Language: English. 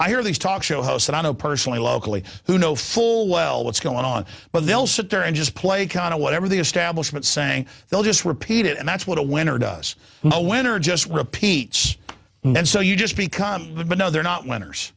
i hear these talk show hosts and i know personally locally who know full well what's going on but they'll sit there and just play kind of whatever the establishment saying they'll just repeat it and that's what a winner does a winner just repeats and so you just become good but no they're not winners